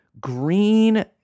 green